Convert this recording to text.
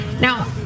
Now